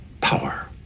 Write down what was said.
power